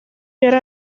yari